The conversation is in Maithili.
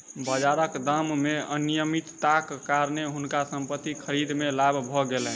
बाजारक दाम मे अनियमितताक कारणेँ हुनका संपत्ति खरीद मे लाभ भ गेलैन